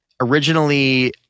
originally